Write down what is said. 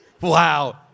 wow